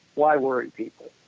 why worry people?